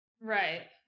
Right